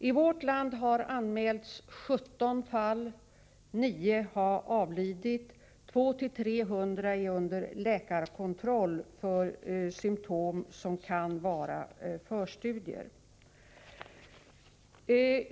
I vårt land har anmälts 17 fall, 9 har avlidit, 200-300 är under läkarkontroll för symtom som kan vara förstadier.